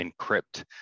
encrypt